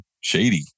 shady